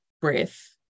breath